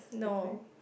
no